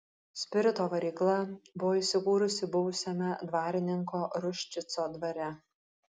spirito varykla buvo įsikūrusi buvusiame dvarininko ruščico dvare